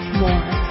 more